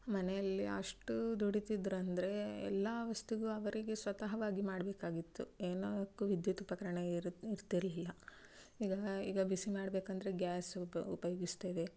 ಮನೆಯಲ್ಲಿ ಅಷ್ಟು ದುಡಿತಿದ್ದರಂದ್ರೆ ಎಲ್ಲ ವಸ್ತುಗೂ ಅವರಿಗೆ ಸ್ವತಃವಾಗಿ ಮಾಡಬೇಕಾಗಿತ್ತು ಏನಕ್ಕೂ ವಿದ್ಯುತ್ ಉಪಕರಣ ಇರ್ ಇರ್ತಿರಲಿಲ್ಲ ಈಗ ಈಗ ಬಿಸಿ ಮಾಡಬೇಕಂದ್ರೆ ಗ್ಯಾಸು ಉಪ ಉಪಯೋಗಿಸ್ತೇವೆ